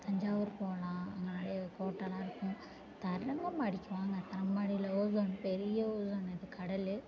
தஞ்சாவூர் போகலாம் அங்கே நிறைய கோட்டைலாம் இருக்கும் தரங்கம்பாடிக்கு வாங்க தரம்பாடியில ஓசோன் பெரிய ஓசோன் இருக் கடல்